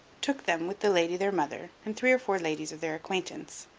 took them, with the lady their mother and three or four ladies of their acquaintance,